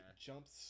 jumps